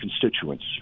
constituents